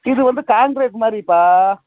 இது வந்து காண்ட்ரேட் மாதிரிப்பா